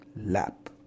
lap